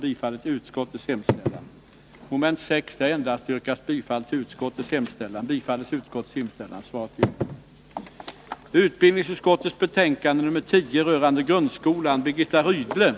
Under riksmötet 1976/77 väckte Lars Ahlmark och jag en motion där vi yrkade på en utredning av förutsättningarna för en till sex år sänkt 65